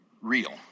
real